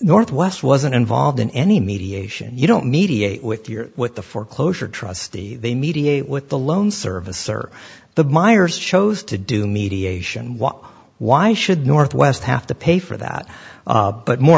northwest wasn't involved in any mediation you don't mediate with your with the foreclosure trustee they mediate with the loan servicer the buyers chose to do mediation what why should northwest have to pay for that but more